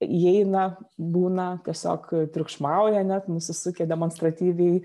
įeina būna tiesiog triukšmauja net nusisukę demonstratyviai